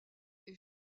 est